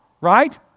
right